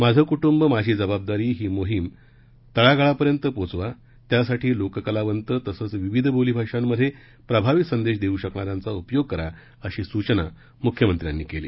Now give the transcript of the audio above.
माझ कुटुंब माझी जबाबदारी ही मोहिम तळागाळापर्यंत पोहचवा त्यासाठी लोककलावंत तसंच विविध बोलीभाषांन मध्ये प्रभावी संदेश देऊ शकणाऱ्यांचा उपयोग करा अशी सूचना मुख्यमंत्र्यांनी केली